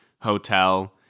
Hotel